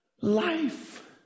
life